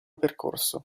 percorso